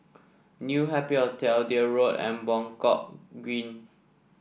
New Happy Hotel Deal Road and Buangkok Green